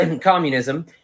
communism